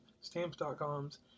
Stamps.com's